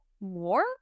more